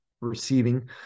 receiving